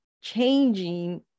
changing